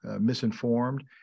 misinformed